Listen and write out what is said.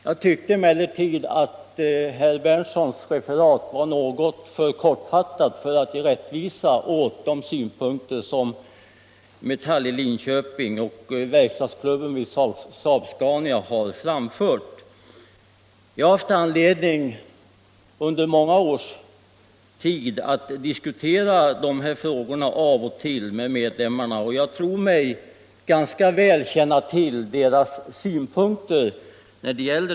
Jag tyckte emellertid att herr Berndtsons referat var något för kortfattat för att ge rättvisa åt de synpunkter som Metalls medlemmar i Linköping och verkstadsklubben vid SAAB-SCANIA har framfört. Jag har under många år haft anledning att av och till diskutera dessa frågor med medlemmarna, och jag tror mig ganska väl känna till deras synpunkter.